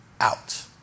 out